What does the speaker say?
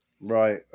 Right